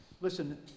listen